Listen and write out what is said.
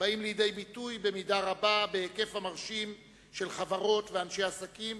באים לידי ביטוי במידה רבה בהיקף המרשים של חברות ואנשי עסקים